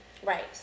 Right